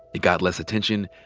it got less attention.